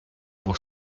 pour